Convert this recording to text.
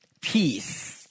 Peace